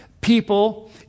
people